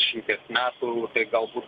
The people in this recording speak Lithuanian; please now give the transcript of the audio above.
šitiek metų galbūt